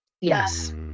Yes